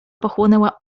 pochłonęła